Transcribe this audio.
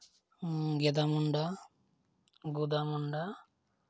ᱜᱤᱫᱟ ᱢᱩᱱᱰᱟ ᱜᱩᱫᱟ ᱢᱩᱱᱰᱟ